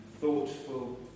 thoughtful